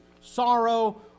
sorrow